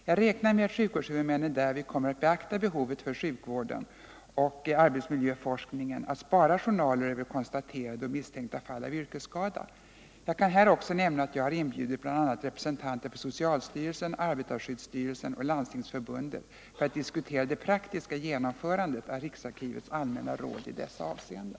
Jag räknar med att sjukvårdshuvudmännen därvid kommer att beakta behovet för sjukvården och arbetsmiljöforskningen att spara journaler över konstaterade och misstänkta fall av yrkesskada. Jag kan här också nämna att jag har inbjudit bl.a. representanter för socialstyrelsen, arbetarskyddsstyrelsen och Landstingsförbundet för att diskutera det praktiska genomförandet av riksarkivets allmänna råd i dessa avseenden.